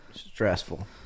Stressful